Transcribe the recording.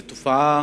זאת תופעה